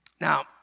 Now